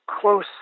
close